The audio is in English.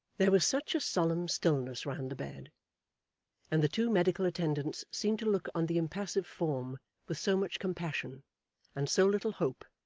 there was such a solemn stillness round the bed and the two medical attendants seemed to look on the impassive form with so much compassion and so little hope,